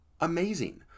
Amazing